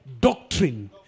Doctrine